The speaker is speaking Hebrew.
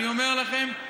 אני אומר לכם,